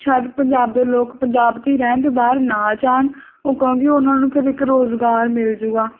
ਸ਼ਾਇਦ ਪੰਜਾਬ ਦੇ ਲੋਕ ਪੰਜਾਬ 'ਚ ਹੀ ਰਹਿਣ ਅਤੇ ਬਾਹਰ ਨਾ ਜਾਣ ਉਹ ਕਿਉਂਕਿ ਉਹਨਾਂ ਨੂੰ ਫਿਰ ਇੱਕ ਰੋਜ਼ਗਾਰ ਮਿਲ ਜੂਗਾ